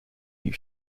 you